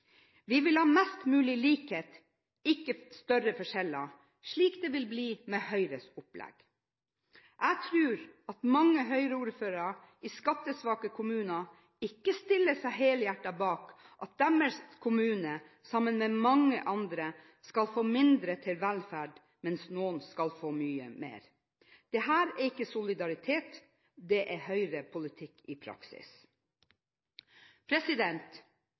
Vi vil ha mest mulig likhet, ikke større forskjeller, slik det vil bli med Høyres opplegg. Jeg tror at mange Høyre-ordførere i skattesvake kommuner ikke stiller seg helhjertet bak at deres kommune, sammen med mange andre kommuner, skal få mindre til velferd mens noen skal få mye mer. Dette er ikke solidaritet, dette er Høyre-politikk i